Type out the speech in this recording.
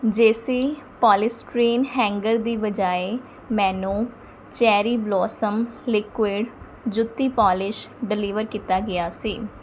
JC polystyrene hanger ਦੀ ਬਜਾਏ ਮੈਨੂੰ ਚੈਰੀ ਬਲੌਸਮ ਲਿਕੁਏਡ ਜੁੱਤੀ ਪੋਲਿਸ਼ ਡਿਲੀਵਰ ਕੀਤਾ ਗਿਆ ਸੀ